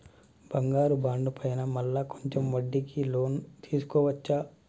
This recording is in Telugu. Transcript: బంగారు బాండు పైన మళ్ళా కొంచెం వడ్డీకి లోన్ తీసుకోవచ్చా?